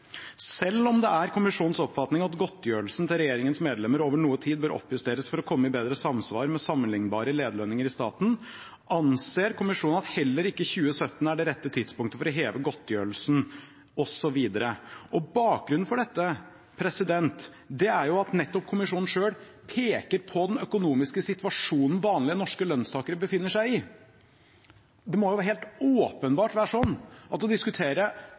Selv om det er kommisjonens oppfatning at godtgjørelsen til regjeringens medlemmer over noe tid bør oppjusteres for å komme i bedre samsvar med sammenlignbare lederlønninger i staten, anser kommisjonen at heller ikke 2017 er det rette tidspunktet for å heve godtgjørelsen utover den gjennomgående rammen for årets oppgjør, som er på 2,4 prosent.» Måten det framstilles på i forslaget fra lønnskommisjonen, er altså at vi egentlig burde vedtatt en betydelig økning i Stortingets godtgjørelser, men at vi på grunn av et moderat lønnsoppgjør, som det